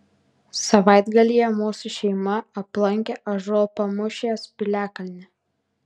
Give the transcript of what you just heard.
savaitgalyje mūsų šeima aplankė ąžuolpamūšės piliakalnį